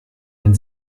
wenn